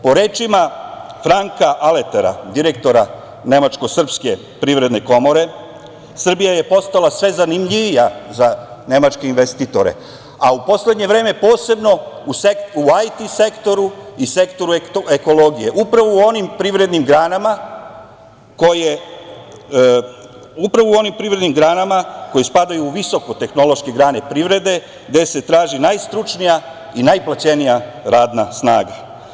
Po rečima Franka Aletera, direktora nemačko-srpske privredne komore, Srbija je postala sve zanimljivija za nemačke investitore, a u poslednje vreme posebno u IT sektoru i sektoru ekologije, upravo u onim privrednim granama koje spadaju u visokotehnološke grane privrede, gde se traži najstručnija i najplaćenija radna snaga.